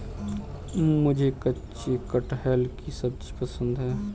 मुझे कच्चे कटहल की सब्जी पसंद है